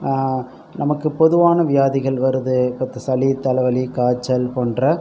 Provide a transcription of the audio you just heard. நமக்கு பொதுவான வியாதிகள் வருது இப்போ சளி தலைவலி காய்ச்சல் போன்ற